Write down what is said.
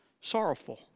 sorrowful